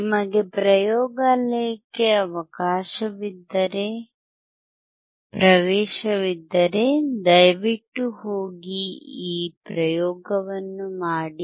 ನಿಮಗೆ ಪ್ರಯೋಗಾಲಯಕ್ಕೆ ಪ್ರವೇಶವಿದ್ದರೆ ದಯವಿಟ್ಟು ಹೋಗಿ ಈ ಪ್ರಯೋಗವನ್ನು ಮಾಡಿ